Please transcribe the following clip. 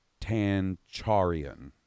Tancharian